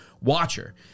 watcher